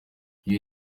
iyo